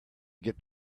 get